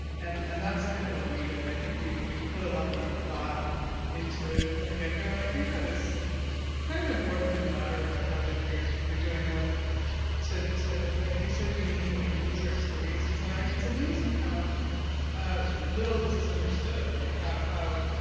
and and that's kind of what we did. i think we we put a lot more thought into it from the get-go and i think that is kind of important no matter what project you're you're doing what to to like you said you need user experience designer. it's amazing how ah little this is understood. like how how